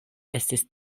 estis